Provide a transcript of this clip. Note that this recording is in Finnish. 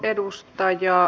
kiitoksia